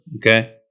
okay